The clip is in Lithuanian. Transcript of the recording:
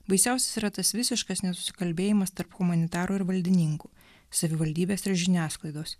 baisiausias yra tas visiškas nesusikalbėjimas tarp humanitarų ir valdininkų savivaldybės ir žiniasklaidos